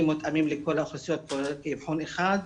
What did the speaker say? מותאמים לכל האוכלוסיות --- אבחון אחד,